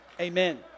amen